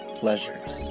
pleasures